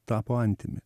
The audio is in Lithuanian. tapo antimi